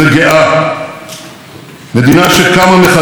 בדיוק כפי שרצית וחזית.